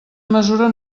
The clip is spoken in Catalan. mesura